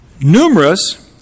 numerous